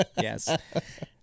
Yes